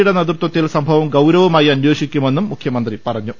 യുടെ നേതൃത്വത്തിൽ സംഭവം ഗൌരവമായി അന്വേഷിക്കുമെന്നും മുഖ്യമന്ത്രി പറഞ്ഞു